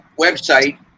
website